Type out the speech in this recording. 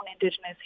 Indigenous